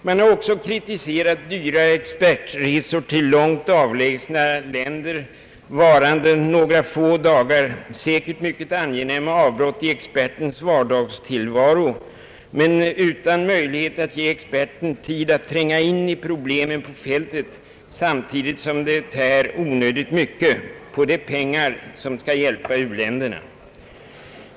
Man har också kritiserat dyra expertresor till långt avlägsna länder, resor som varar några få dagar och säkerligen är angenäma avbrott i expertens vardagstillvaro, men utan möjlighet att ge honom tid att tränga in i problemen på fältet. Sådana resor tär onödigt mycket på de penningmedel som skall hjälpa u-länderna.